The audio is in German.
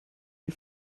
die